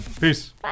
Peace